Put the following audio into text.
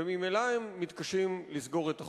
וממילא הם מתקשים לסגור את החודש.